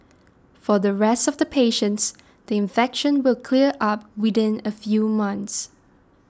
for the rest of the patients the infection will clear up within a few months